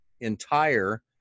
entire